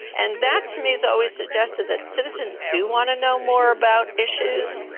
and that to me has always suggested that citizens do want to know more about issues,